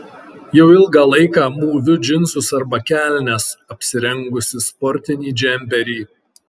jau ilgą laiką mūviu džinsus arba kelnes apsirengusi sportinį džemperį